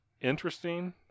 interesting